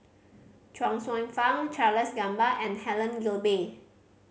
Chuang Hsueh Fang Charles Gamba and Helen Gilbey